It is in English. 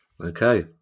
Okay